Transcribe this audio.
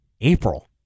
April